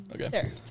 Okay